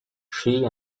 she